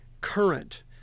current